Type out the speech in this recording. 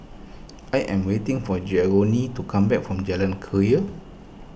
I am waiting for Jeromy to come back from Jalan Keria